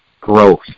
growth